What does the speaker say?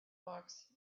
box